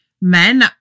men